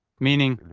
meaning,